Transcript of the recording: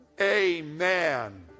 Amen